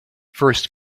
first